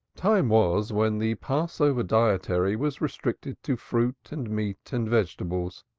time was when the passover dietary was restricted to fruit and meat and vegetables,